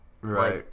Right